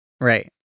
Right